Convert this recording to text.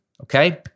okay